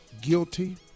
guilty